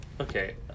okay